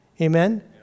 Amen